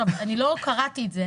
אני לא קראתי את זה,